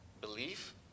belief